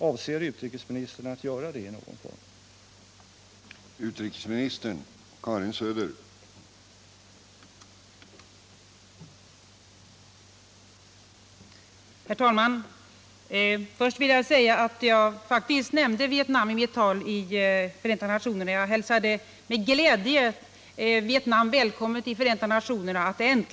Avser utrikesministern att göra det i någon form?